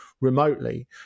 remotely